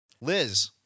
Liz